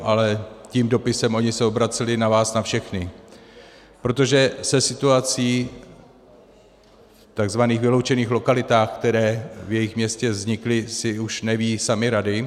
Ale tím dopisem oni se obraceli na vás na všechny, protože se situací v tzv. vyloučených lokalitách, které v jejich městě vznikly, si už nevědí sami rady.